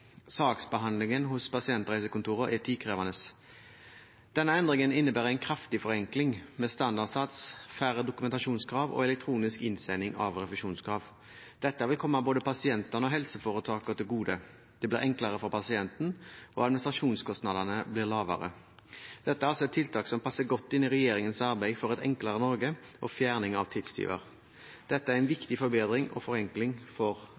Saksbehandlingen hos pasientreisekontorene er tidkrevende. Denne endringen innebærer en kraftig forenkling med standardsats, færre dokumentasjonskrav og elektronisk innsending av refusjonskrav. Dette vil komme både pasientene og helseforetakene til gode. Det blir enklere for pasienten, og administrasjonskostnadene blir lavere. Dette er altså et tiltak som passer godt inn i regjeringens arbeid for et enklere Norge og fjerning av tidstyver. Dette er en viktig forbedring og forenkling for